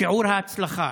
שיעור ההצלחה.